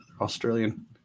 Australian